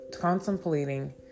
contemplating